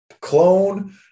clone